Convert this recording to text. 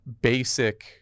basic